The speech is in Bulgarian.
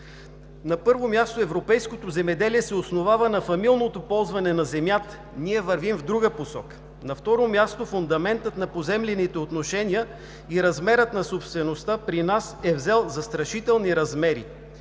На първо място, европейското земеделие се основава на фамилното ползване на земята. Ние вървим в друга посока. На второ място, фундаментът на поземлените отношения и размерът на собствеността при нас е взел застрашителни размери.